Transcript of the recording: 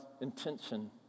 intention